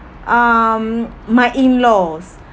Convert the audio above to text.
um my in-laws